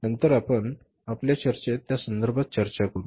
नंतर आपण आपल्या चर्चेत त्या संदर्भात चर्चा करू